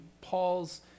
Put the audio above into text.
Paul's